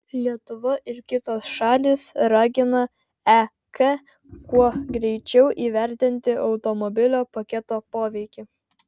lietuva ir kitos šalys ragina ek kuo greičiau įvertinti mobilumo paketo poveikį